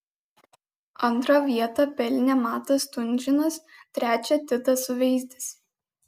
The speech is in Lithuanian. antrą vietą pelnė matas stunžinas trečią titas suveizdis